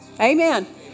Amen